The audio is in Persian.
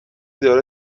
داره